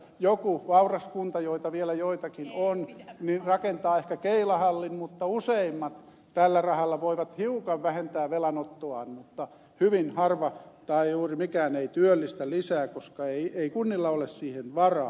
joku vauras kunta joita vielä joitakin on rakentaa ehkä keilahallin mutta useimmat tällä rahalla voivat hiukan vähentää velanottoaan mutta hyvin harva tai juuri mikään ei työllistä lisää koska ei kunnilla ole siihen varaa